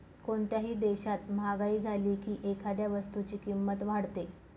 कोणत्याही देशात महागाई झाली की एखाद्या वस्तूची किंमत वाढते